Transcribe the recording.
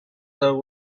the